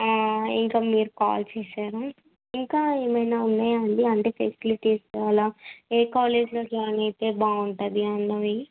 ఇంక మీరు కాల్ చేశారు ఇంకా ఏమైనా ఉన్నాయా అండి అంటే ఫెసిలిటీస్ అలా ఏ కాలేజ్లో జాయిన్ అయితే బాగుంటుంది అన్నవి